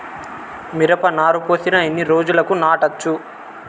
మిరప నారు పోసిన ఎన్ని రోజులకు నాటచ్చు?